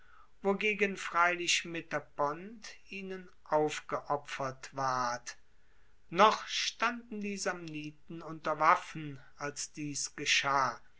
wogegen freilich metapont ihnen aufgeopfert ward noch standen die samniten unter waffen als dies geschah